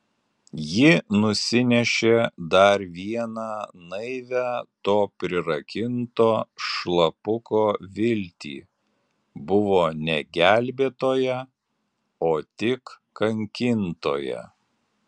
ji nusinešė dar vieną naivią to prirakinto šlapuko viltį buvo ne gelbėtoja o tik kankintoja